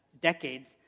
decades